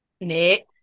Nick